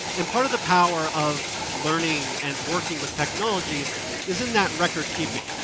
and part of the power of learning and working with technology is in that record keeping.